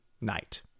night